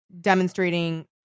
demonstrating